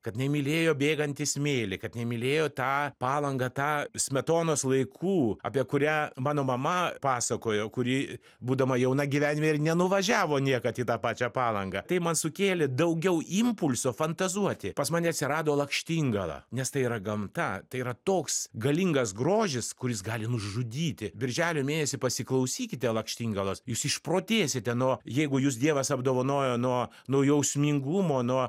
kad jinai mylėjo bėgantį smėlį kad jinai mylėjo tą palangą tą smetonos laikų apie kurią mano mama pasakojo kuri būdama jauna gyvenime ir nenuvažiavo niekad į tą pačią palangą tai man sukėlė daugiau impulso fantazuoti pas mane atsirado lakštingala nes tai yra gamta tai yra toks galingas grožis kuris gali nužudyti birželio mėnesį pasiklausykite lakštingalos jūs išprotėsite nuo jeigu jus dievas apdovanojo nuo nuo jausmingumo nuo